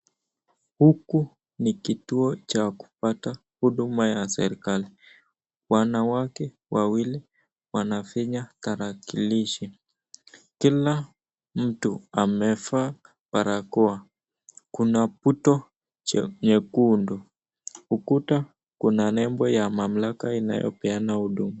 Huku ni kituo cha kupata huduma ya serikali. Wanawake wawili wanafinya tarakilishi. Kila mtu amevaa barakoa. Kuna puto je nyekundu, ukuta kuna nembo ya mamlaka inayopeana huduma.